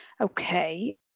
okay